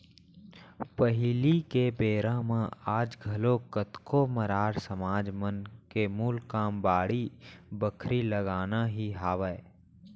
पहिली के बेरा म आज घलोक कतको मरार समाज मन के मूल काम बाड़ी बखरी लगाना ही हावय